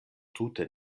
tute